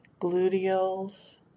gluteals